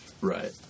Right